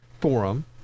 forum